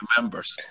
members